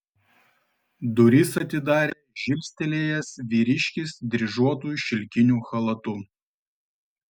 duris atidarė žilstelėjęs vyriškis dryžuotu šilkiniu chalatu